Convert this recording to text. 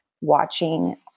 watching